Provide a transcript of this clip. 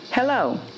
Hello